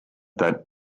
that